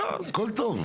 הכל טוב.